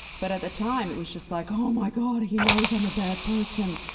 but at the time, it was just like, oh my god, he knows i'm a bad person!